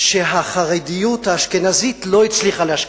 שהחרדיות האשכנזית לא הצליחה להשכין.